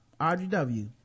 RGW